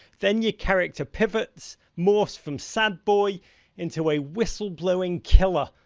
then your character pivots, morphs from sad boy into a whistle-blowing killer,